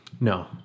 no